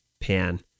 pan